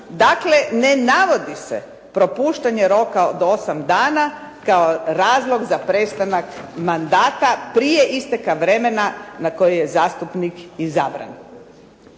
dakle ne navodi se propuštanje roka od osam dana kao razlog za prestanak mandata prije isteka vremena na koje je zastupnik izabran.